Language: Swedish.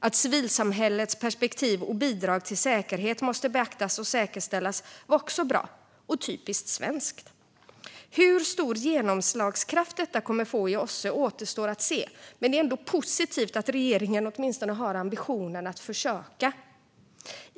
Att civilsamhällets perspektiv och bidrag till säkerhet måste beaktas och säkerställas var också bra och typiskt svenskt. Hur stor genomslagskraft detta kommer att få i OSSE återstår att se, men det är positivt att regeringen åtminstone har ambitionen att försöka.